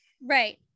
Right